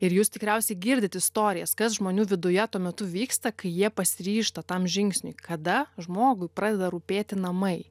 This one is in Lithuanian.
ir jūs tikriausiai girdit istorijas kas žmonių viduje tuo metu vyksta kai jie pasiryžta tam žingsniui kada žmogui pradeda rūpėti namai